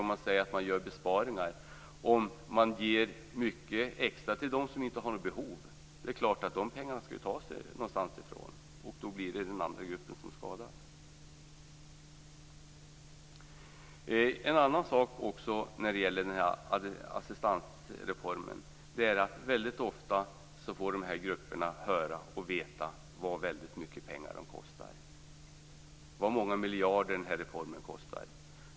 Om man säger att man gör besparingar och ger mycket extra till dem som inte har något behov så är det klart att dessa pengar skall tas någonstans ifrån, och då är det den andra gruppen som skadas. En annan sak som jag vill säga när det gäller assistansreformen är att dessa grupper väldigt ofta får höra och veta att de kostar oerhört mycket pengar och att denna reform kostar många miljarder.